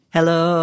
Hello